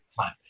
time